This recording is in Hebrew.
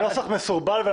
הנוסח מסורבל.